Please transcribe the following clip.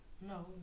No